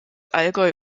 allgäu